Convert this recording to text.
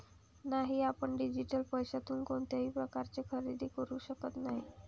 नाही, आपण डिजिटल पैशातून कोणत्याही प्रकारचे खरेदी करू शकत नाही